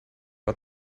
war